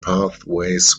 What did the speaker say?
pathways